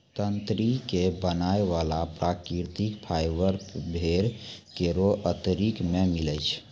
तंत्री क बनाय वाला प्राकृतिक फाइबर भेड़ केरो अतरी सें मिलै छै